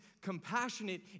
compassionate